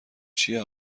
چیه